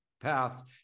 paths